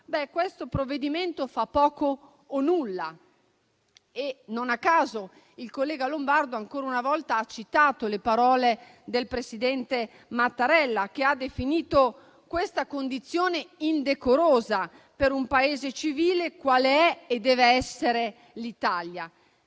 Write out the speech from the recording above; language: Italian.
questo provvedimento fa poco o nulla. Non a caso, il collega Lombardo, ancora una volta, ha citato le parole del presidente Mattarella, che ha definito questa condizione indecorosa per un Paese civile qual è e deve essere l'Italia.